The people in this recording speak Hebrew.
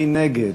מי נגד?